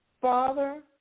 Father